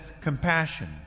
compassion